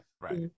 Right